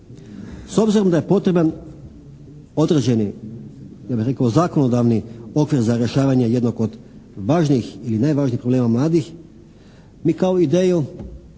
S obzirom da je potreban određeni, ja bih rekao zakonodavni okvir za rješavanje jednog od važnih ili najvažnijih problema mladih kao ideju